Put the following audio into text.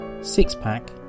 six-pack